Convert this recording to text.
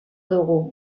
dugu